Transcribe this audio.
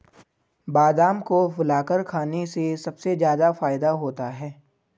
बादाम को फुलाकर खाने से सबसे ज्यादा फ़ायदा होता है